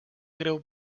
greu